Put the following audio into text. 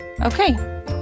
Okay